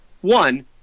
one